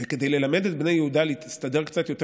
כדי ללמד את בני יהודה להסתדר קצת יותר